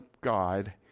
God